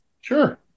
Sure